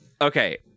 Okay